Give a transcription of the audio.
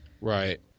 Right